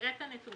נראה את הנתונים.